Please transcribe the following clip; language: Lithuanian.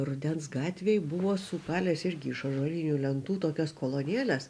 rudens gatvėj buvo sukalęs irgi iš ąžuolinių lentų tokias kolonėles